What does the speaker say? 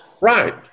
Right